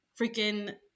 freaking